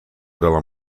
della